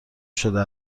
شده